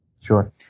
Sure